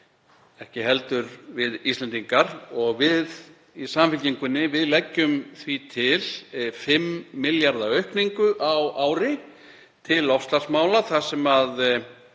ekki heldur við Íslendingar. Við í Samfylkingunni leggjum því til 5 milljarða aukningu á ári til loftslagsmála þar sem